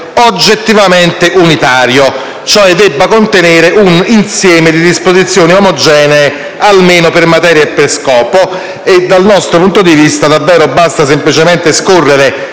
oggettivamente unitario; deve cioè contenere un insieme di disposizioni omogenee, almeno per materia e scopo. Dal nostro punto di vista, basta semplicemente scorrere